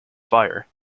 fire